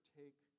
take